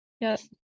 Yes